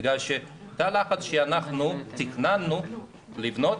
תא הלחץ שתכננו לבנות